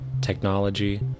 technology